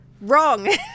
wrong